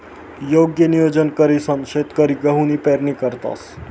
योग्य नियोजन करीसन शेतकरी गहूनी पेरणी करतंस